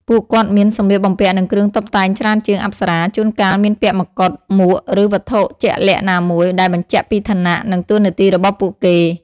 ពួកគាត់មាន សម្លៀកបំពាក់ និងគ្រឿងតុបតែងច្រើនជាង អប្សរា ជួនកាលមានពាក់មកុដ មួក ឬអាវុធជាក់លាក់ណាមួយ ដែលបញ្ជាក់ពីឋានៈ និងតួនាទីរបស់ពួកគេ។